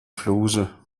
fluse